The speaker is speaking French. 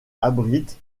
abrite